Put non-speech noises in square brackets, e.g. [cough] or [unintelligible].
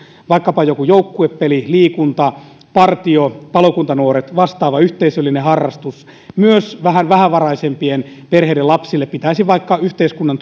vaikkapa joku joukkuepeli liikunta partio palokuntanuoret tai vastaava yhteisöllinen harrastus myös vähän vähävaraisempien perheiden lapsille pitäisi vaikka yhteiskunnan [unintelligible]